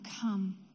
Come